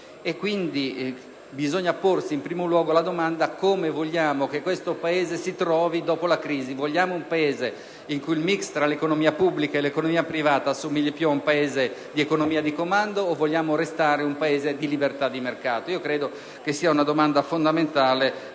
quindi porsi, in primo luogo, la domanda: come vogliamo che questo Paese si trovi dopo la crisi? Vogliamo un Paese in cui il *mix* tra l'economia pubblica e l'economia privata assomigli più a quello di un'economia di comando o vogliamo restare un Paese caratterizzato da libertà di mercato? Credo sia una domanda fondamentale